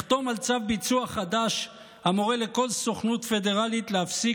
אחתום על צו ביצוע חדש המורה לכל סוכנות פדרלית להפסיק